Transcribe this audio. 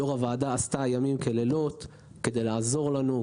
יו"ר הוועדה עשתה לילות כימים כדי לעזור לנו,